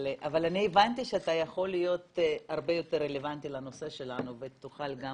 אבל אני הבנתי שאתה יכול להיות הרבה יותר רלוונטי לנושא שלנו ותוכל גם